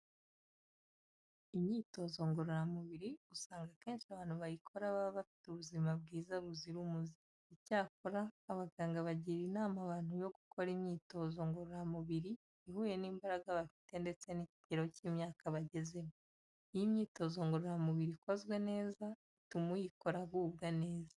Imyitozo ngororamubiri usanga akenshi abantu bayikora baba bafite ubuzima bwiza buzira umuze. Icyakora abaganga bagira inama abantu yo gukora imyitozo ngororamubiri ihuye n'imbaraga bafite ndetse n'ikigero cy'imyaka bagezemo. Iyo imyitozo ngororamubiri ikozwe neza ituma uyikora agubwa neza.